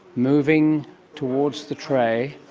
moving towards the tray,